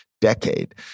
decade